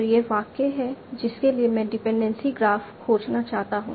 तो यह वह वाक्य है जिसके लिए मैं डिपेंडेंसी ग्राफ खोजना चाहता हूं